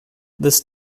this